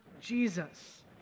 Jesus